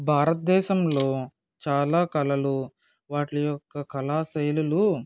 భారతదేశంలో చాలా కళలు వాటి యొక్క కళా శైలులు